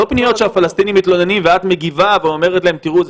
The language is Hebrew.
לא פניות שהפלסטינים מתלוננים ואת מגיבה ואומרת להם תראו.